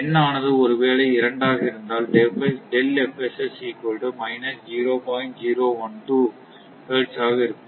n ஆனது ஒருவேளை 2 ஆக இருந்தால் ஹெர்ட்ஸ் ஆக இருக்கும்